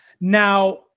Now